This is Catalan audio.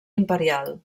imperial